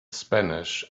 spanish